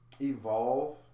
Evolve